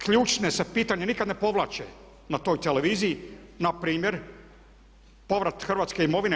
Ključno se pitanje nikad ne povlači na toj televiziji, npr. povrat hrvatske imovine.